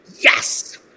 Yes